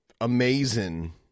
amazing